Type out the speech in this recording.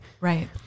Right